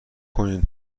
کنین